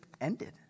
ended